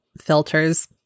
filters